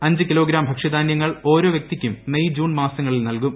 അഞ്ച് കിലോഗ്രാം ഭക്ഷ്യധാനൃങ്ങൾ ഓരോ വ്യക്തിക്കും മെയ് ജൂൺ മാസങ്ങളിൽ നൽകും